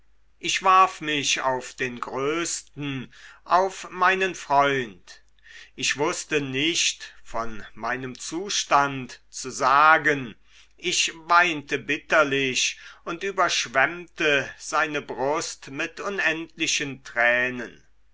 ich warf mich auf den größten auf meinen freund ich wüßte nicht von meinem zustand zu sagen ich weinte bitterlich und überschwemmte seine breite brust mit unendlichen tränen